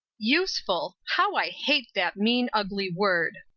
useful! how i hate that mean, ugly word!